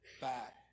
back